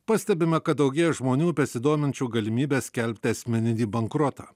pastebima kad daugėja žmonių besidominčių galimybe skelbti asmeninį bankrotą